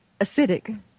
acidic